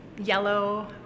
yellow